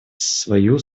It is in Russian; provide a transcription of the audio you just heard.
свою